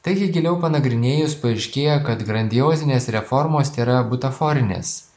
taigi giliau panagrinėjus paaiškėja kad grandiozinės reformos tėra butaforinės